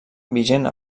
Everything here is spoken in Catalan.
vigent